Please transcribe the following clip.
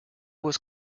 was